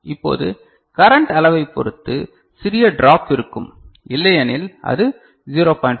இப்போது கரன்ட் அளவைப் பொறுத்து சிறிய ட்ராப் இருக்கும் இல்லையெனில் அது 0